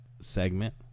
segment